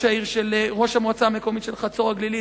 ראש המועצה המקומית של חצור-הגלילית,